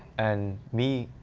and me,